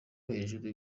hejuru